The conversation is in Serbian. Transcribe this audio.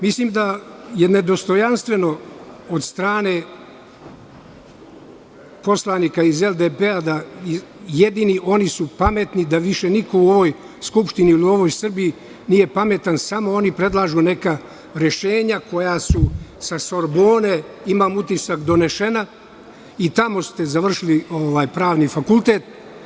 Mislim da je nedostojanstveno od strane poslanika iz LDP da su ono jedini pametni i da više niko u ovoj skupštini ili u Srbiji nije pametan, nego samo oni predlažu neka rešenja koja su sa Sorbone, imam utisak, donesena i tamo ste završili pravni fakultet.